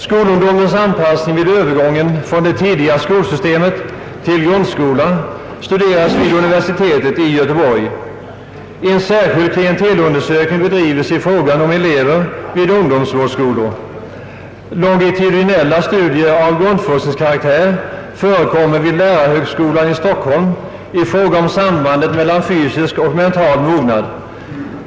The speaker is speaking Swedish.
Skolungdomens anpassning vid övergången från det tidigare skolsystemet = till grundskolan studeras vid universitetet i Göteborg. En särskild klientelundersökning bedrivs i fråga om elever vid ungdomsvårdsskolor. Longitudiella stu dier av grundforskningskaraktär förekommer vid lärarhögskolan i Stockholm i fråga om sambandet mellan fysisk och mental mognad.